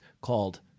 called